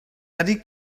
eddy